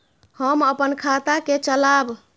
हम अपन खाता के चलाब?